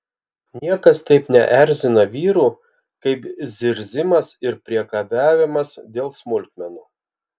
niekas taip neerzina vyrų kaip zirzimas ir priekabiavimas dėl smulkmenų